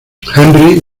henry